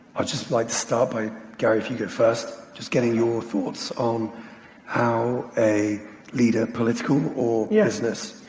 i'd just like to start by, gary if you go first, just getting your thoughts on how a leader, political or yeah business,